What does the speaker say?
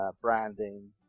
branding